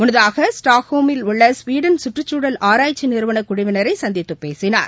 முன்னதாக ஸ்டக்ஹோமில் உள்ள ஸ்வீடன் சுற்றுச்சூழல் ஆராய்ச்சி நிறுவனக் குழுவினரை சந்தித்து பேசினார்